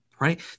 right